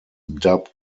dubbed